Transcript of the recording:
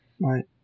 Right